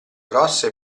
grossa